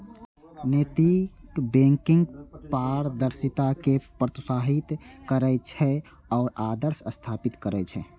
नैतिक बैंकिंग पारदर्शिता कें प्रोत्साहित करै छै आ आदर्श स्थापित करै छै